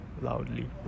loudly